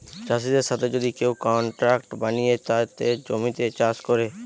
চাষিদের সাথে যদি কেউ কন্ট্রাক্ট বানিয়ে তাদের জমিতে চাষ করে